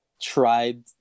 tried